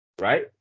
right